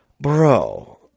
Bro